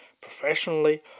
professionally